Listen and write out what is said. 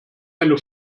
eine